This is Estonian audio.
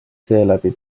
seeläbi